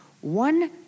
one